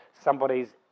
Somebody's